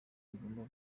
rugomwa